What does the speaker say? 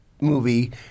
movie